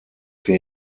wir